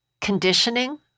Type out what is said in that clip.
conditioning